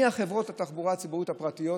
מחברות התחבורה הפרטיות.